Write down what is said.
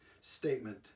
statement